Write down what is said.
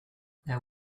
there